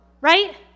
right